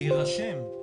להירשם,